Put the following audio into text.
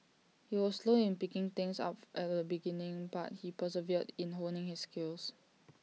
he was slow in picking things up at the beginning but he persevered in honing his skills